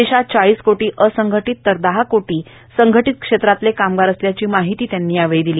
देशात चाळीस कोटी असंघटीत तर दहा कोटी संघटीत क्षेत्रातले कामगार असल्याची माहिती त्यांनी यावेळी सांगितलं